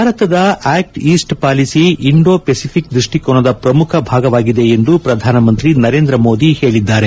ಭಾರತದ act east policy Indo Pacific ದೃಷ್ಟಿಕೋನದ ಪ್ರಮುಖ ಭಾಗವಾಗಿದೆ ಎಂದು ಪ್ರಧಾನಮಂತ್ರಿ ನರೇಂದ್ರ ಮೋದಿ ಹೇಳಿದ್ದಾರೆ